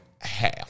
half